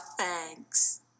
thanks